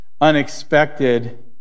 unexpected